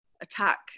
attack